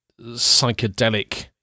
psychedelic